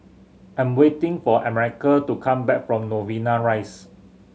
I'm waiting for America to come back from Novena Rise